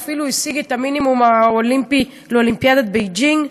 ואפילו השיג את המינימום האולימפי לאולימפיאדת בייג'ין,